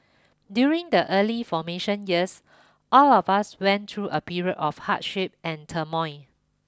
during the early formation years all of us went through a period of hardship and turmoil